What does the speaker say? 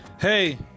Hey